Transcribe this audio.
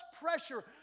pressure